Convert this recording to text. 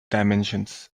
dimensions